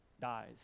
dies